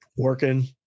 Working